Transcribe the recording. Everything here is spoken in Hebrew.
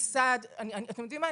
אתם יודעים מה?